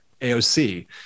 AOC